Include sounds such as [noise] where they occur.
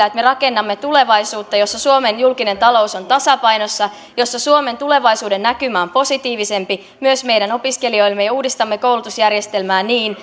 [unintelligible] että me rakennamme tulevaisuutta jossa suomen julkinen talous on tasapainossa jossa suomen tulevaisuudennäkymä on positiivisempi myös meidän opiskelijoillemme ja uudistamme koulutusjärjestelmää niin [unintelligible]